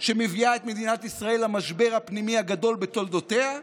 שמביאה את מדינת ישראל למשבר הפנימי הגדול בתולדותיה,